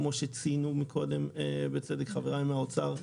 כמו שציינו מקודם בצדק חבריי מהאוצר,